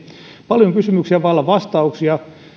paljon on kysymyksiä vailla vastauksia